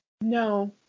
No